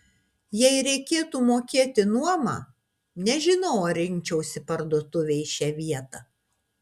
jei reikėtų mokėti nuomą nežinau ar rinkčiausi parduotuvei šią vietą